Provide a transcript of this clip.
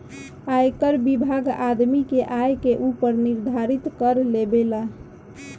आयकर विभाग आदमी के आय के ऊपर निर्धारित कर लेबेला